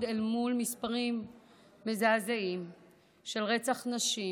אל מול מספרים מזעזעים של רצח נשים.